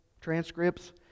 transcripts